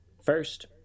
First